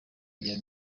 rya